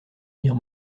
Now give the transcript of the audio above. guerre